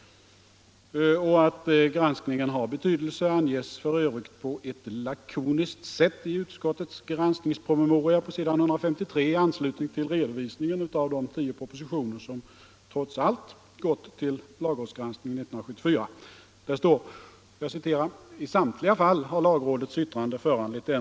Att granskningen har betydelse anges f.ö. på ett lakoniskt sätt i utskottets granskningspromemoria på s. 153 i anslutning till redovisningen av de 10 propositioner som trots allt gått till lagrådsgranskningen 1974.